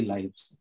Lives